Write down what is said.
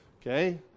okay